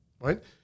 right